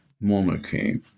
monarchy